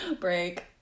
Break